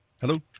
Hello